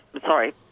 sorry